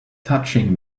touching